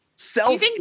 self